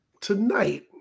tonight